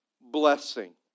blessing